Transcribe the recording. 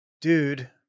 dude